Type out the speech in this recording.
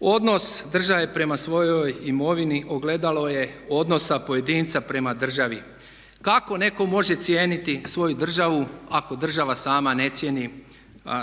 Odnos države prema svojoj imovini ogledalo je odnosa pojedinca prema državi. Kako netko može cijeniti svoju državu ako država sama ne cijeni